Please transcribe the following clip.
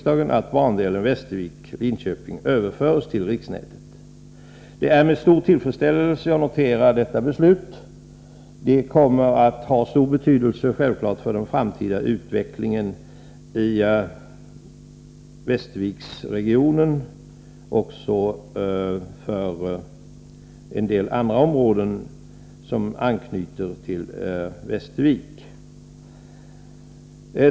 Det är med stor tillfredsställelse jag noterar detta beslut. Det kommer självklart att ha stor betydelse för den framtida utvecklingen i Västerviksregionen och för en del andra områden med anknytning till Västervik.